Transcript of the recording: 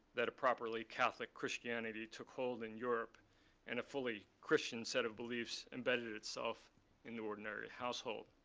that a properly catholic christianity took hold in europe and a fully christian set of beliefs embedded itself in the ordinary household.